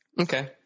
okay